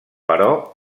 però